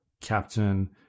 captain